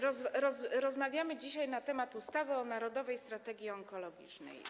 Rozmawiamy dzisiaj nt. ustawy o Narodowej Strategii Onkologicznej.